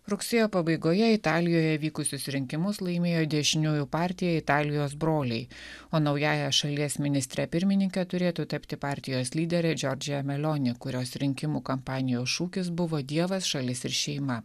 rugsėjo pabaigoje italijoje vykusius rinkimus laimėjo dešiniųjų partija italijos broliai o naująja šalies ministre pirmininke turėtų tapti partijos lyderė džordžija melioni kurios rinkimų kampanijos šūkis buvo dievas šalis ir šeima